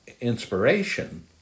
inspiration